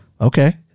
Okay